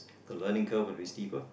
the learning curve would be steeper